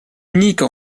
unique